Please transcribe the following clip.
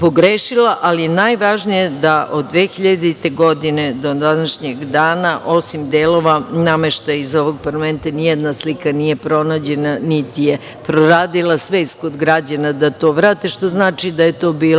pogrešila. Najvažnije je da od 2000. godine do današnjeg dana, osim delova nameštaja iz ovog parlamenta, nijedna slika nije pronađena, niti je proradila svest kod građana da to vrate, što znači da je to bila